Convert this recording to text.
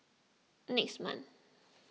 next month